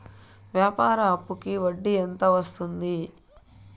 వ్యాపార అప్పుకి వడ్డీ ఎంత వస్తుంది?